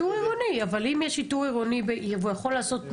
אבל אם יש שיטור עירוני בעיר והוא יכול לעשות מצ'ינג,